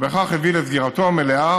וכך הביא לסגירתו המלאה